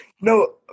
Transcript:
No